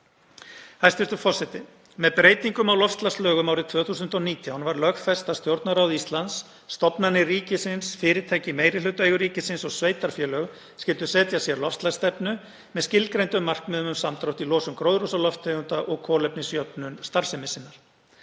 Hæstv. forseti. Með breytingum á loftslagslögum árið 2019 var lögfest að Stjórnarráð Íslands, stofnanir ríkisins, fyrirtæki í meirihlutaeigu ríkisins og sveitarfélög skyldu setja sér loftslagsstefnu með skilgreindum markmiðum um samdrátt í losun gróðurhúsalofttegunda og kolefnisjöfnun starfsemi sinnar.